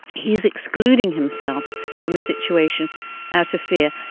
he is excluding himself from a situation out of fear.